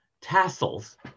Tassels